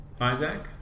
Isaac